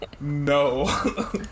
No